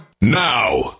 now